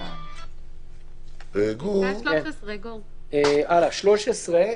סעיף 16(א)(13),